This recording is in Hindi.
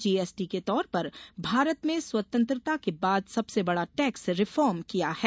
जीएसटी के तौर पर भारत में स्वतंत्रता के बाद सबसे बंडा टैक्स रिफोम किया है